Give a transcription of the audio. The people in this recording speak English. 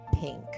pink